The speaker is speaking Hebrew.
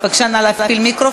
הם לא פוגשים את מסורבות